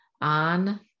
on